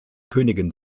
königin